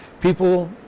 People